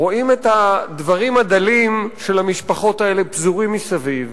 רואים את הדברים הדלים של המשפחות האלה פזורים מסביב,